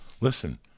Listen